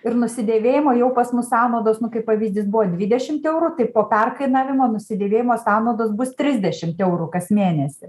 ir nusidėvėjimo jau pas mus sąnaudos nu kaip pavyzdys buvo dvidešim eurų tai po perkainojimo nusidėvėjimo sąnaudos bus trisdešimt eurų kas mėnesį